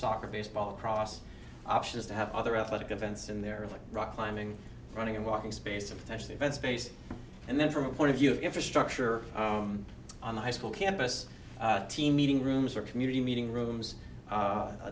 soccer baseball across options to have other athletic events in there like rock climbing running and walking space a potentially event space and then from a point of view of infrastructure on the high school campus team meeting rooms or community meeting rooms